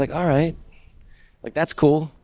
like all right, like, that's cool.